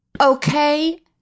Okay